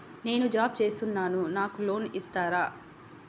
నేను జాబ్ చేస్తున్నాను నాకు లోన్ ఇస్తారా?